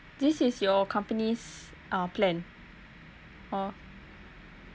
this is your companies uh plan hor